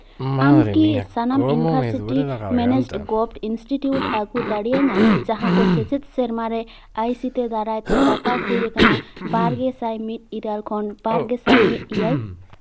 ᱟᱢᱠᱤ ᱥᱟᱱᱟᱢ university managed government institute ᱟᱹᱜᱩ ᱫᱟᱲᱮᱭᱟᱹᱧᱟᱹ ᱡᱟᱦᱟᱸᱠᱚ ᱥᱮᱪᱮᱫ ᱥᱮᱨᱢᱟᱨᱮ ᱟᱭ ᱥᱤᱛᱮ ᱫᱟᱨᱟᱭᱛᱮ ᱵᱟᱛᱟᱣ ᱦᱩᱭ ᱟᱠᱟᱱᱟ ᱵᱟᱨ ᱜᱮᱥᱟᱭ ᱢᱤᱫ ᱤᱨᱟᱹᱞ ᱠᱷᱚᱱ ᱵᱟᱨ ᱜᱮᱥᱟᱭ ᱢᱤᱫ ᱮᱭᱟᱭ